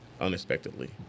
Unexpectedly